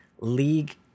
League